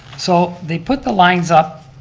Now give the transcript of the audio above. so, they put the lines up,